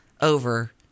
over